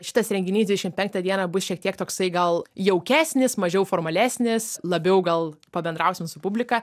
šitas renginys dvidešim penktą dieną bus šiek tiek toksai gal jaukesnis mažiau formalesnis labiau gal pabendrausim su publika